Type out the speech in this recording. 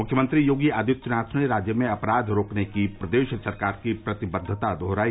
मुख्यमंत्री योगी आदित्यनाथ ने राज्य में अपराध रोकने की प्रदेश सरकार की प्रतिबद्वता दोहराई